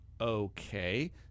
Okay